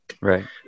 right